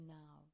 now